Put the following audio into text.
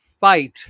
fight